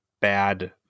bad